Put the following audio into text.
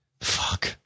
Fuck